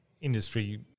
industry